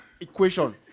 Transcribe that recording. equation